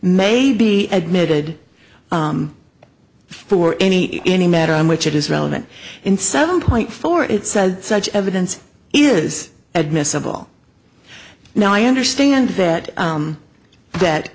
may be admitted for any any matter on which it is relevant in seven point four it says such evidence is admissible now i understand that that